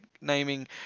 naming